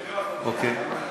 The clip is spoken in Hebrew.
אוקיי.